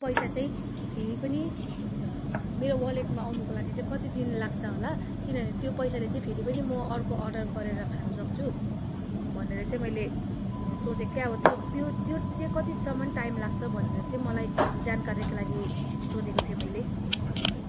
पैसा चाहिँ फेरि पनि मेरो वलेटमा आउनुको लागि चाहिँ कति दिन लाग्छ होला किनभने त्यो पैसाले चाहिँ फेरि पनि म अर्को अर्डर गरेर खानसक्छु भनेर चाहिँ मैले सोचेको थिएँ अब त्यो त्यो चाहिँ कतिसम्म टाइम लाग्छ भनेर चाहिँ मलाई जानकारीको लागि सोधेको थिएँ मैले